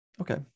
Okay